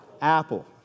Apple